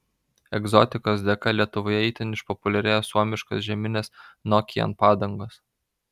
egzotikos dėka lietuvoje itin išpopuliarėjo suomiškos žieminės nokian padangos